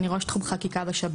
אני ראש תחום חקיקה בשב"ס.